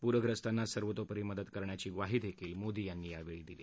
प्रखस्तांना सर्वोतोपरी मदत करण्याची ग्वाही मोदी यांनी दिली